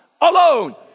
alone